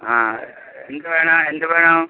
ആ എന്ത് വേണം എന്ത് വേണം